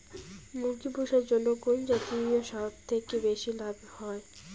মুরগি পুষার জন্য কুন জাতীয় সবথেকে বেশি লাভ হয়?